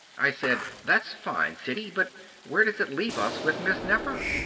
i said, that's fine, siddy, but where does it leave us with miss nefer?